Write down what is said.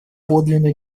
подлинную